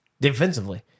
Defensively